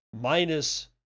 minus